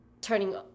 turning